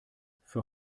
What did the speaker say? für